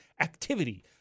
activity